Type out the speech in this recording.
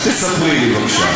אל תספרי לי בבקשה.